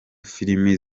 filimi